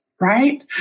Right